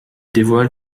dévoile